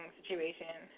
situation